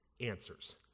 answers